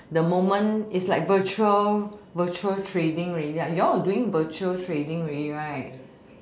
the moment is like virtual virtual trading ready right you all are doing virtual trading already right